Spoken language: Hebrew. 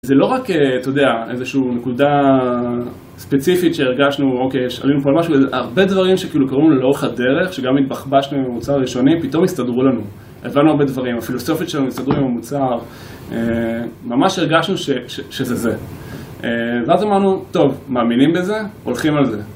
זה לא רק, אתה יודע, איזושהי נקודה ספציפית שהרגשנו, אוקיי, שעלינו פה על משהו, הרבה דברים שכאילו קראו לנו לאורך הדרך, שגם התבחבשנו עם המוצר הראשוני, פתאום הסתדרו לנו, הבנו הרבה דברים, הפילוסופית שלנו הסתדרו עם המוצר, ממש הרגשנו שזה זה. ואז אמרנו, טוב, מאמינים בזה, הולכים על זה.